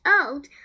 old